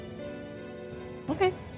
Okay